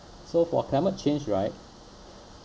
so for climate change right